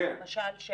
נכון.